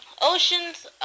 Oceans